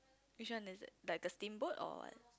which one is it like the steamboat or what